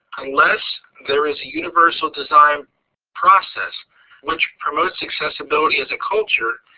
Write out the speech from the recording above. unless there is a universal design process which promotes accessibility as a culture,